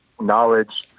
knowledge